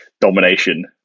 domination